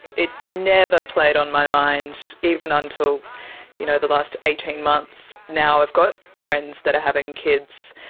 it never played on my mind, even until you know the last eighteen months. now i've got friends that are having kids,